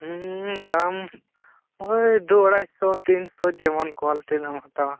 ᱫᱟᱢ ᱳᱭ ᱫᱩ ᱟᱲᱟᱭ ᱥᱚ ᱛᱤᱱ ᱥᱚ ᱡᱮᱢᱚᱱ ᱠᱚᱣᱟᱞᱤᱴᱤ ᱨᱮᱱᱟᱜ ᱮᱢ ᱦᱟᱛᱟᱣᱟ